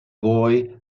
boy